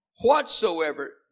whatsoever